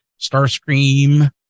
Starscream